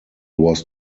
was